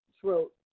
throat